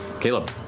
Caleb